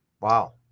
Wow